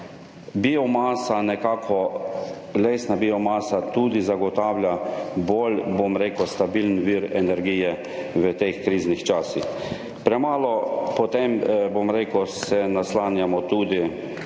biomasa, nekako lesna biomasa tudi zagotavlja bolj, bom rekel, stabilen vir energije v teh kriznih časih. Premalo, potem, bom rekel, se naslanjamo tudi